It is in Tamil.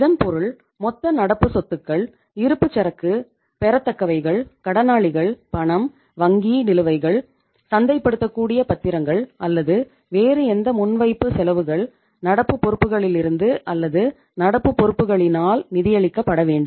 இதன் பொருள் மொத்த நடப்பு சொத்துக்கள் இருப்புச்சரக்கு பெறத்தக்கவைகள் கடனாளிகள் பணம் வங்கி நிலுவைகள் சந்தைப்படுத்தக்கூடிய பத்திரங்கள் அல்லது வேறு எந்த முன்வைப்பு செலவுகள் நடப்பு பொறுப்புகளிலிருந்து அல்லது நடப்பு பொறுப்புகளினால் நிதியளிக்கப்பட வேண்டும்